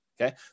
Okay